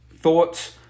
thoughts